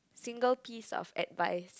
single piece of advice